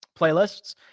playlists